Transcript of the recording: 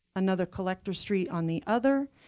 another collector street on the other,